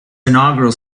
inaugural